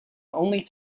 only